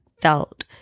felt